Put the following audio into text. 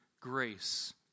grace